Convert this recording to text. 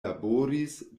laboris